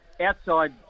outside